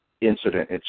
incident